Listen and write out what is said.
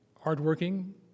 hardworking